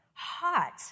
hot